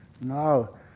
No